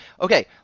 Okay